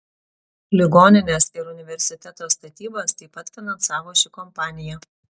ligoninės ir universiteto statybas taip pat finansavo ši kompanija